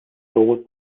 droht